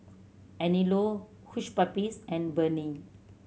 Anello Hush Puppies and Burnie